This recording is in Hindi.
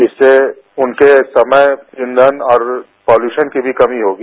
इससे उनके समय ईंधन और पॉल्यूशन की भी कमी होगी